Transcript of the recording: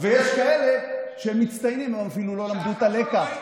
ויש כאלה שהם מצטיינים, הם אפילו לא למדו את הלקח.